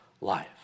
life